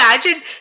Imagine